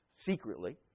secretly